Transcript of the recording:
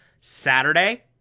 Saturday